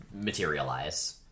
materialize